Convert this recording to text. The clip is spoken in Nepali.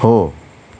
हो